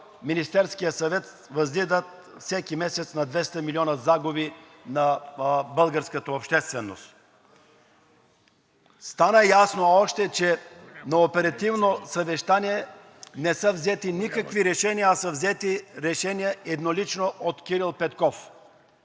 Министерския съвет, възлизат всеки месец на 200 милиона загуби на българската общественост. Стана ясно още, че на оперативно съвещание не са взети никакви решения, а са взети решения еднолично от Кирил Петков.